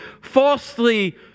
falsely